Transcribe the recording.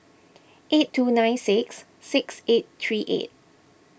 eight two nine six six eight three eight